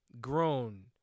grown